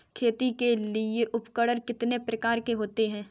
खेती के लिए उपकरण कितने प्रकार के होते हैं?